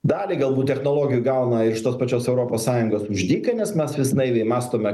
dalį galbūt technologijų gauna iš tos pačios europos sąjungos už dyką nes mes vis naiviai mąstome